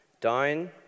down